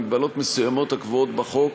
במגבלות מסוימות הקבועות החוק,